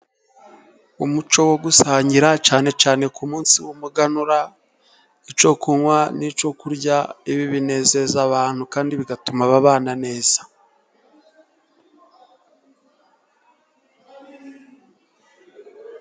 Umuco wo gusangira cyane cyane ku munsi w'umuganura, icyo kunywa n'icyo kurya. Ibi binezeza abantu kandi bigatuma babana neza.